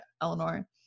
Eleanor